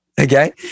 Okay